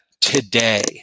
today